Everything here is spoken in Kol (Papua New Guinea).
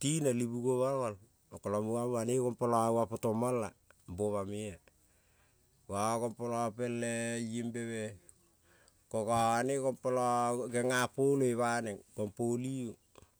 tinel li bugovai mol kola muge banoi gompola oma poto mol-a oma-mea ga gongpola pel-e iembe-me ko gone-gom-pola genga poloi baneng gong poliong.